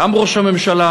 גם ראש הממשלה,